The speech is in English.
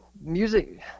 music